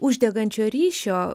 uždegančio ryšio